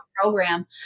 program